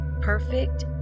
perfect